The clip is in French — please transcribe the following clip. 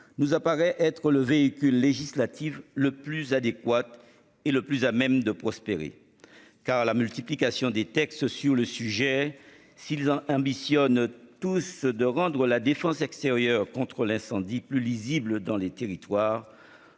nous apparaît être le véhicule législatif le plus adéquate et le plus à même de prospérer. Car la multiplication des textes sur le sujet. S'ils ont ambitionne. Tous de rendre la défense extérieure contre l'incendie plus lisible dans les territoires